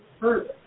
further